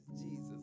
Jesus